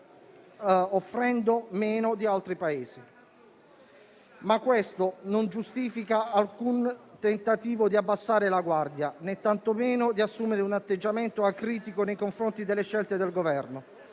soffrendo meno di altri Paesi. Questo però non giustifica alcun tentativo di abbassare la guardia, né tantomeno di assumere un atteggiamento acritico nei confronti delle scelte del Governo.